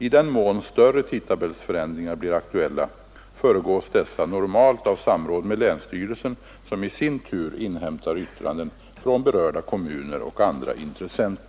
I den mån större tidtabellförändringar blir aktuella, föregås dessa normalt av samråd med länsstyrelsen, som i sin tur inhämtar yttranden från berörda kommuner och andra intressenter.